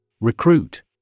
Recruit